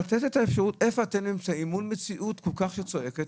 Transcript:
לתת את האפשרות איפה אתם נמצאים מול מציאות שצועקת כל כך.